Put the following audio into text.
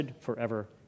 forever